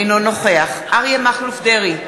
אינו נוכח אריה מכלוף דרעי,